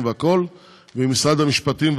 אבל הדברים אכן רשומים,